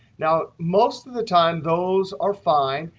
now, most of the time those are fine.